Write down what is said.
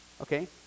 okay